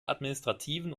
administrativen